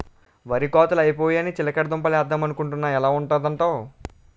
వరి కోతలై పోయాయని చిలకడ దుంప లేద్దమనుకొంటున్నా ఎలా ఉంటదంటావ్?